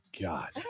god